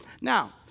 Now